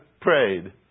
prayed